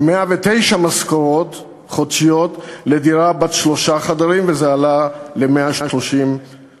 ו-109 משכורות חודשיות לדירה בת שלושה חדרים וזה עלה ל-135.